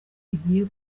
igiye